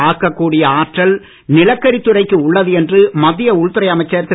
ஆக்கக்கூடிய ஆற்றல் நிலக்கரி துறைக்கு உள்ளது என்று மத்திய உள்துறை அமைச்சர் திரு